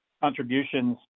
contributions